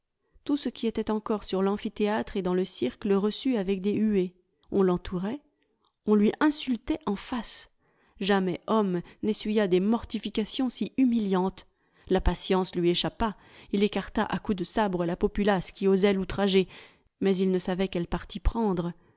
tout ce qui était encore sur l'amphithéâtre et dans le cirque le reçut avec des huées on l'entourait on lui insultait en face jamais homme n'essuya des mortifications si humiliantes la patience lui échappa il écarta à coups de sabre la populace qui osait l'outrager mais il ne savait quel parti prendre